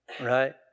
Right